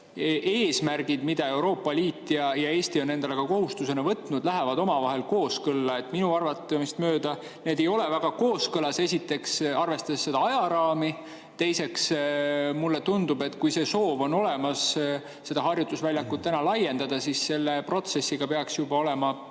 eesmärgid, mida Euroopa Liit ja Eesti on endale kohustuseks võtnud, saavutavad omavahel kooskõla? Minu arvamist mööda ei ole need väga kooskõlas. Esiteks arvestades ajaraami. Teiseks, mulle tundub, et kui on soov seda harjutusvälja laiendada, siis selle protsessiga peaks olema